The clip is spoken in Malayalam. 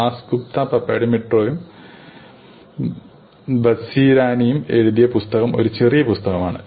ദാസ് ഗുപ്ത പപാഡിമിട്രിയോയും വസിരാനിയും എഴുതിയ പുസ്തകം ഒരു ചെറിയ പുസ്തകമാണ്